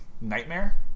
Nightmare